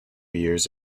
years